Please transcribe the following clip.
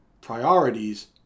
priorities